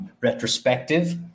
retrospective